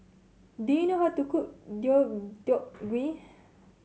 do you know how to cook Deodeok Gui